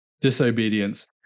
disobedience